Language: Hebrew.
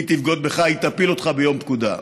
היא תבגוד בך, היא תפיל אותך ביום פקודה.